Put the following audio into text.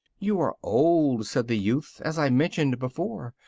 you are old, said the youth, as i mentioned before,